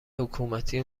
حکومتی